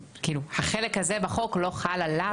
בחלק הזה החוק לא חל עליו,